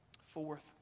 Fourth